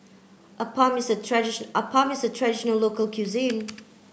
Appam is a Appam is a traditional local cuisine